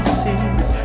seas